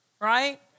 right